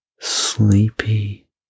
sleepy